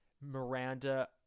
Miranda